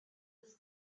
was